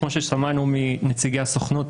כמו ששמענו מנציגי הסוכנות,